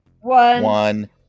one